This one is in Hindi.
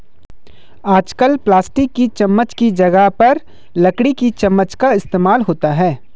आजकल प्लास्टिक की चमच्च की जगह पर लकड़ी की चमच्च का इस्तेमाल होता है